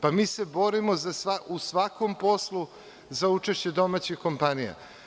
Pa mi se borimo u svakom poslu za učešće domaćih kompanija.